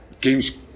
games